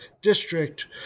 district